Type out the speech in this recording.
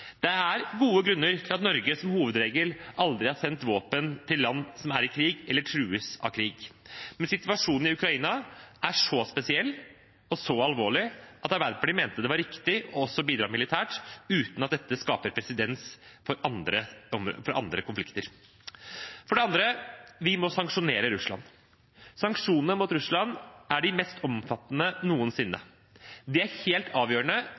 Det er gode grunner til at Norge som hovedregel aldri har sendt våpen til land som er i krig eller trues av krig. Men situasjonen i Ukraina er så spesiell og så alvorlig at Arbeiderpartiet mente det var riktig også å bidra militært, uten at dette skaper presedens for andre konflikter. For det andre: Vi må sanksjonere Russland. Sanksjonene mot Russland er de mest omfattende noensinne. De er helt avgjørende